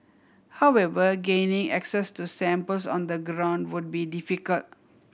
however gaining access to samples on the ground would be difficult